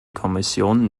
kommission